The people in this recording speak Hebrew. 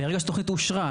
ברגע שהתוכנית אושרה.